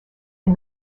and